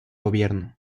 gobierno